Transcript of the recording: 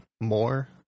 More